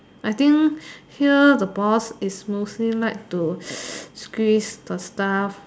I think here the boss is mostly like to squeeze the staff